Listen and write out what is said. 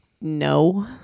no